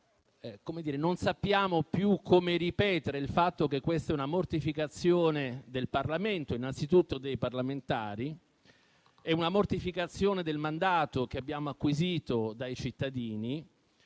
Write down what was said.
non sappiamo più come ripetere che si tratta di una mortificazione del Parlamento, innanzitutto dei parlamentari, ma anche del mandato che abbiamo acquisito dai cittadini.